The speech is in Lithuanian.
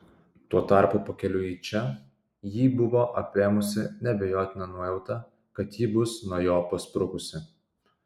tuo tarpu pakeliui į čia jį buvo apėmusi neabejotina nuojauta kad ji bus nuo jo pasprukusi